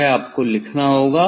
यह आपको लिखना होगा